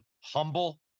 humble